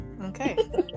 Okay